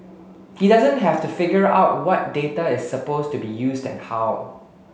he doesn't have to figure out what data is supposed to be used and how